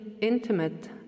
intimate